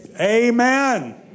Amen